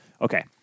Okay